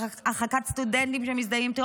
הרחקת סטודנטים שמזדהים עם טרור,